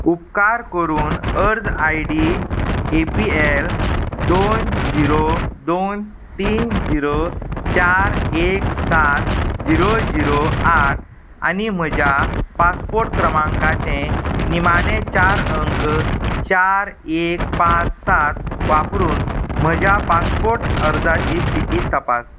उपकार करून अर्ज I D A P L दोन झिरो दोन तीन झिरो चार एक सात झिरो झिरो आठ आनी म्हज्या पासपोर्ट क्रमांकाचे निमाणे चार अंक चार एक पांच सात वापरून म्हज्या पासपोर्ट अर्जाची स्थिती तपास